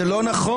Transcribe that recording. זה לא נכון.